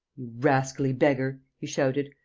you rascally beggar! he shouted,